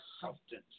substance